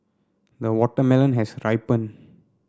the watermelon has ripened